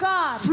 God